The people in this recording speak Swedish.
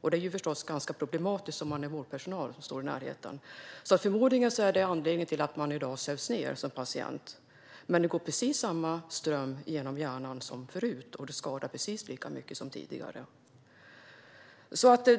svimmat. Det är förstås problematiskt om man är vårdpersonal och står i närheten. Förmodligen är detta anledningen till att man i dag sövs ned som patient. Men det går precis samma ström genom hjärnan som förut, och det skadar lika mycket som tidigare.